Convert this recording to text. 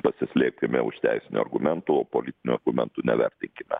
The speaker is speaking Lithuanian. pasislėpkime už teisinių argumentų o politinių argumentų nevertinkime